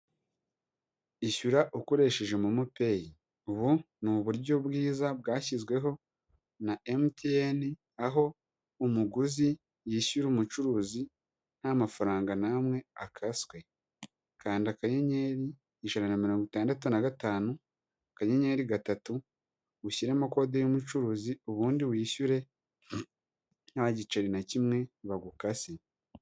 Ishyura ukoresheje momo pay, ubu ni uburyo bwiza bwashyizweho na MTN, aho umuguzi yishyura umucuruzi nta mafaranga n'amwe akaswe, kanda akayenyeri ijana na mirongo itandatu na gatanu akanyenyeri gatatu, ushyiremo kode y'umucuruzi ubundi wishyure nta giceri na kimwe bagukase.